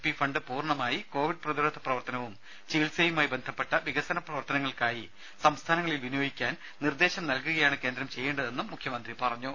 P fund പൂർണ്ണമായി Covid പ്രതിരോധ പ്രവർത്തനവും ചികിത്സയുമായി ബന്ധപ്പെട്ട വികസന പ്രവർത്തനങ്ങൾക്കായി സംസ്ഥാനങ്ങളിൽ വിനിയോഗിക്കാൻ നിർദ്ദേശം നൽകുകയാണ് കേന്ദ്രം ചെയ്യേണ്ടതെന്നും മുഖ്യമന്ത്രി പറഞ്ഞു